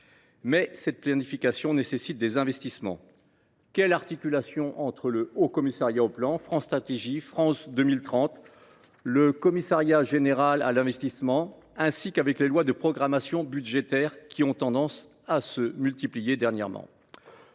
Cette planification nécessite des investissements. À cet égard, quelle articulation y a t il entre le Haut Commissariat au plan, France Stratégie, France 2030, le secrétariat général pour l’investissement ou avec les lois de programmation budgétaire, qui ont tendance à se multiplier dernièrement ?